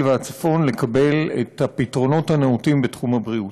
והצפון לקבל את הפתרונות הנאותים בתחום הבריאות.